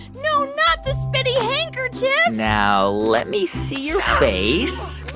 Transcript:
no, not the spitty handkerchief now let me see your face.